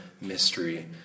mystery